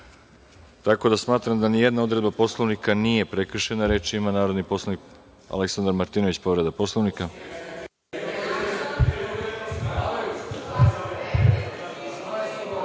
tako da smatram da ni jedna odredba Poslovnika nije prekršena. Reč ima narodni poslanik Aleksandar Martinović, povreda Poslovnika.(Marko